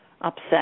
upset